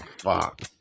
fuck